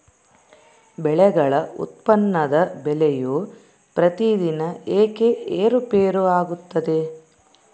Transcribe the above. ಬೆಳೆಗಳ ಉತ್ಪನ್ನದ ಬೆಲೆಯು ಪ್ರತಿದಿನ ಏಕೆ ಏರುಪೇರು ಆಗುತ್ತದೆ?